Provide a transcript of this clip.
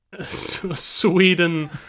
Sweden